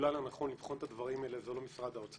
שהטריבונל הנכון לבחון את הדברים האלה זה לא האוצר.